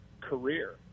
career